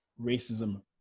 racism